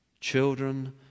children